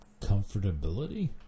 Comfortability